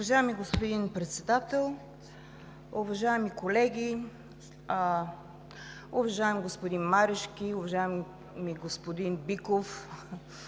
Уважаеми господин Председател, уважаеми колеги! Уважаеми господин Марешки, уважаеми господин Биков,